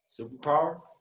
superpower